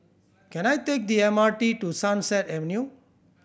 can I take the M R T to Sunset Avenue